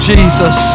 Jesus